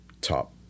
top